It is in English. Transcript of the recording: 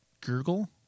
gurgle